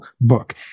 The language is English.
book